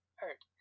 hurt